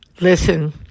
listen